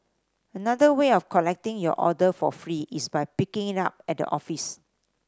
another way of collecting your order for free is by picking it up at the office